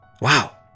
Wow